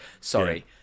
Sorry